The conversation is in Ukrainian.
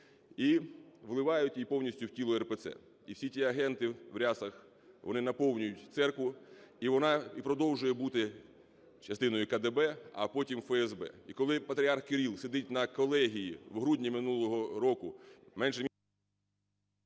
і вливають її повністю в тіло РПЦ. І всі ті агенти в рясах вони наповнюють церкву, і вона і продовжує бути частиною КДБ, а потім – ФСБ. І коли Патріарх Кирил сидить на колегії, в грудні минулого року… Веде засідання